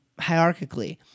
hierarchically